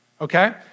okay